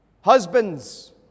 Husbands